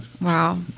Wow